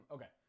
Okay